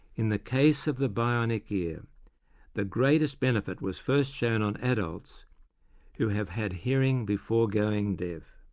in the case of the bionic ear the greatest benefit was first shown on adults who have had hearing before going deaf.